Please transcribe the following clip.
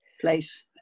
place